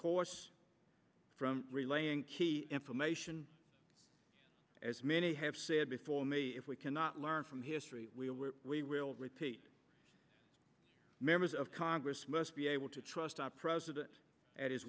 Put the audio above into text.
course from relaying key information as many have said before me if we cannot learn from history we will repeat members of congress must be able to trust the president at his